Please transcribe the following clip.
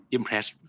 Impressed. (